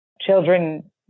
Children